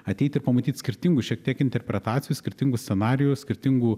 ateit ir pamatyt skirtingų šiek tiek interpretacijų skirtingų scenarijų skirtingų